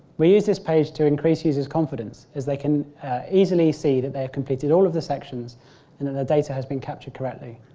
we use this page to increase users' confidence as they can easily see that they have completed all of the sections and and the data has been captured correctly.